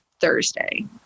thursday